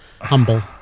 Humble